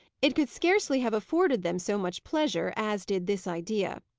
it could scarcely have afforded them so much pleasure as did this idea.